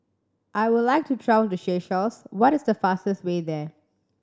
I would like to travel to Seychelles what is the fastest way there